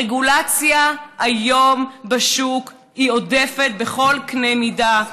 הרגולציה היום בשוק היא עודפת בכל קנה מידה,